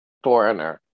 Foreigner